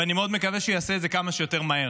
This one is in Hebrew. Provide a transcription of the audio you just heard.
ואני מאוד מקווה שיעשה את זה כמה שיותר מהר.